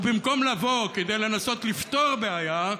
ובמקום לבוא כדי לנסות לפתור בעיה,